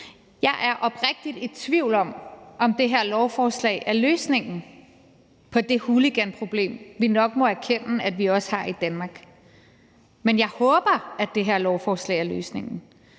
Jeg er oprigtigt i tvivl om, om det her lovforslag er løsningen på det hooliganproblem, vi nok må erkende vi også har i Danmark, men jeg håber, at det her lovforslag er løsningen,